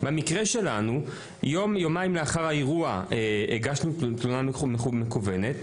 במקרה שלנו יום או יומיים לאחר האירוע הגשנו תלונה מקוונת,